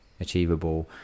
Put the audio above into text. achievable